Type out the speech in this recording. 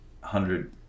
hundred